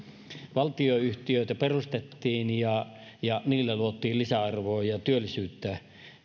valtionyhtiöitä perustettiin ja ja niillä luotiin lisäarvoa ja työllisyyttä